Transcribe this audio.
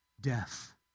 death